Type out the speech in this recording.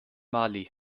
mali